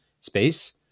space